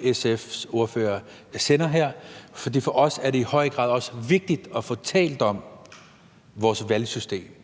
SF's ordfører sender her, for for os er det i høj grad også vigtigt at få talt om vores valgsystem.